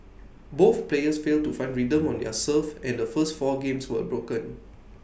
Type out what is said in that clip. both players failed to find rhythm on their serve and the first four games were broken